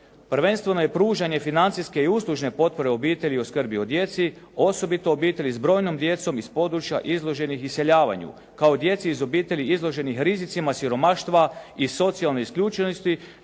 Prvenstveno je pružanje financijske i uslužne potpore u obitelji o skrbi o djeci, osobito obitelji s brojnom djecom iz područja izloženih iseljavanju kao djeci iz obitelji izloženih rizicima siromaštva i socijalne isključenosti,